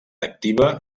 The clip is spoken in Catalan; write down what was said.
activa